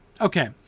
Okay